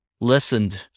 listened